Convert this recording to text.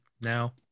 now